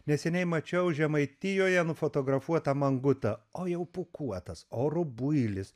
neseniai mačiau žemaitijoje nufotografuotą mangutą o jau pūkuotas o rubuilis